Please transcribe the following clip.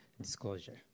disclosure